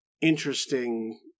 interesting